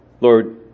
Lord